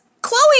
Chloe